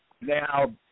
Now